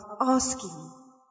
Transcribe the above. asking